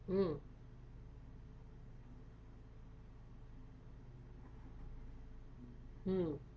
mm mm